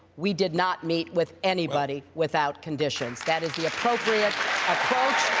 we did not meet with anybody without conditions. that is the appropriate approach